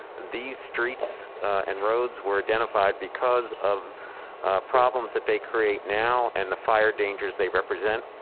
these streets and roads were identified because of problems that they create now, and the fire dangers they represent.